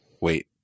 wait